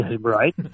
Right